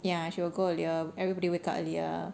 ya she will go earlier everybody wake up earlier